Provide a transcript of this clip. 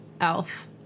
elf